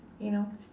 you know